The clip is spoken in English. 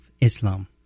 Islam